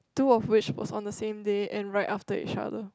two of which was on the same day and right after each other